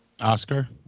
Oscar